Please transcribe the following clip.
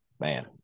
man